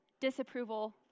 disapproval